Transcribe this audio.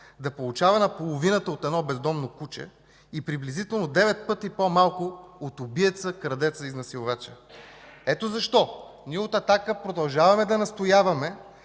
да получава наполовината от едно бездомно куче и приблизително девет пъти по-малко от убиеца, крадеца и изнасилвача?! Ето защо ние от „Атака” продължаваме да настояваме